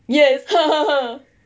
yes